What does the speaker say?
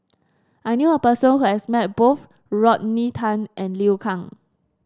I knew a person who has met both Rodney Tan and Liu Kang